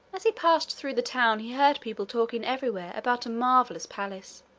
as he passed through the town he heard people talking everywhere about a marvellous palace.